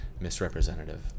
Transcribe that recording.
misrepresentative